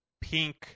pink